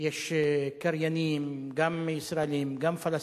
יש קריינים, גם ישראלים גם פלסטינים.